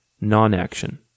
non-action